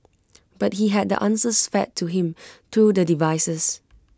but he had the answers fed to him through the devices